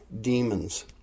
demons